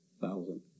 thousand